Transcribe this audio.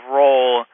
role